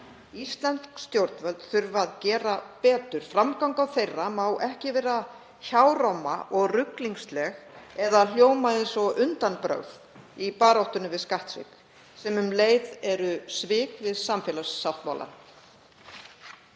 Íslensk stjórnvöld þurfa að gera betur. Framganga þeirra má ekki vera hjáróma og ruglingsleg eða hljóma eins og undanbrögð í baráttunni við skattsvik, sem eru um leið svik við samfélagssáttmálann.